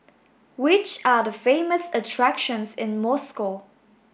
which are the famous attractions in Moscow